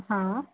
हां